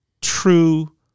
true